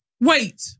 Wait